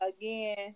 again